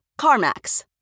CarMax